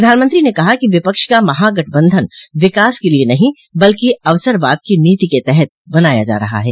प्रधानमंत्री ने कहा कि विपक्ष का महागठबंधन विकास के लिए नहीं बल्कि अवसरवाद की नीति के तहत बनाया जा रहा है